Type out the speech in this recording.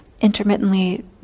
intermittently